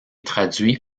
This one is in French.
traduit